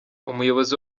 umuyobozi